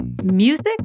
Music